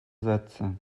sätze